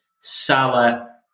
Salah